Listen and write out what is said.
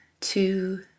two